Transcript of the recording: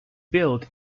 built